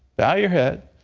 bow your head.